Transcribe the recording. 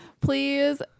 please